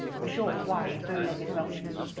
a short, wiry, bow-legged welshman,